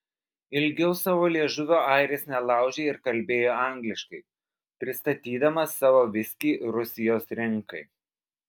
ilgiau savo liežuvio airis nelaužė ir kalbėjo angliškai pristatydamas savo viskį rusijos rinkai